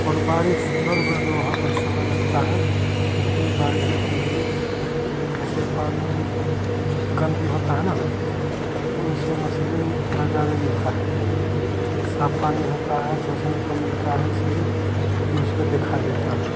और बारिश ना रुकी तो वहाँ पर समय लगता है फिर दे बारिश रुकने के लिए जैसे पानी गन्दा होता है ना तो उससे मछली थोड़ा ज़्यादा ही मिलता है साफ पानी होता है तो उसमें कम मिलता है इसलिए फिर उसपर देखाई देता है